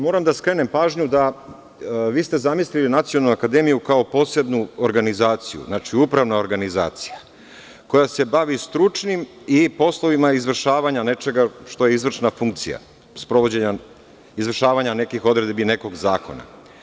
Moram da skrenem pažnju da ste vi zamislili nacionalnu akademiju kao posebnu organizaciju, znači upravna organizacija koja se bavi stručnim i poslovima izvršavanja nečega što je izvršna funkcija sprovođena, izvršavanja nekih odredbi, nekog zakona.